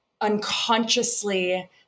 unconsciously